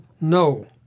no